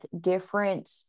different